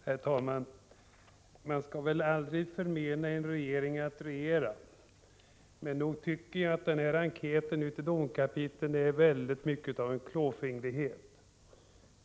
Herr talman! Man skall väl aldrig förmena en regering att regera. Men nog tycker jag att enkäten till domkapitlen väldigt mycket ger uttryck för en klåfingrighet.